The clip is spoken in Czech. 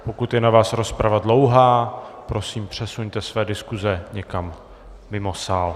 Pokud je na vás rozprava dlouhá, prosím, přesuňte své diskuze někam mimo sál.